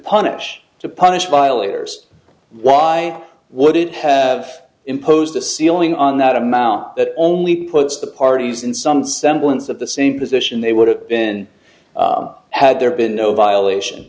punish to punish violators why would it have imposed a ceiling on that amount that only puts the parties in some semblance of the same position they would have been had there been no violation